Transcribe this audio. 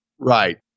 Right